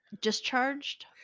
discharged